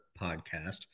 podcast